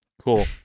Cool